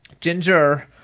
Ginger